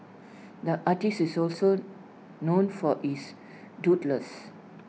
the artist is also known for his doodles